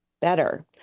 better